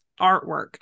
artwork